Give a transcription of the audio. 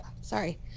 Sorry